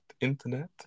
internet